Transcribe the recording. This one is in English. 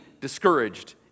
discouraged